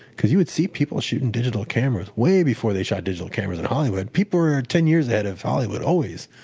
because you would see people shooting digital cameras, way before they shot digital cameras in hollywood. people were ten years ahead of hollywood, always.